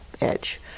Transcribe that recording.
edge